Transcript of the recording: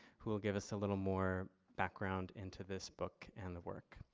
who will give us a little more background into this book and the work.